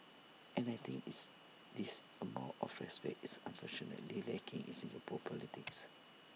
and I think is this amount of respect is unfortunately lacking in Singapore politics